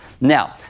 Now